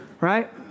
right